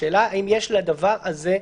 שאלה האם יש לדבר הזה תימוכין.